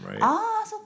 right